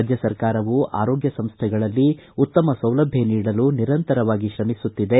ರಾಜ್ಯ ಸರ್ಕಾರವೂ ಆರೋಗ್ಯ ಸಂಸ್ಥೆಗಳಲ್ಲಿ ಉತ್ತಮ ಸೌಲಭ್ಯ ನೀಡಲು ನಿರಂತರವಾಗಿ ಶ್ರಮಿಸುತ್ತಿದೆ